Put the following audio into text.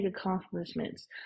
accomplishments